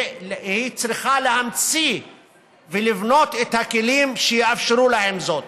והיא צריכה להמציא ולבנות את הכלים שיאפשרו להם זאת,